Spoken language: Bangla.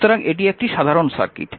সুতরাং এটি একটি সাধারণ সার্কিট